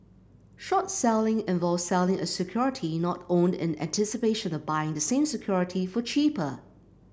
short selling involves selling a security not owned in anticipation of buying the same security for cheaper